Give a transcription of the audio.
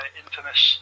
infamous